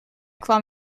kwam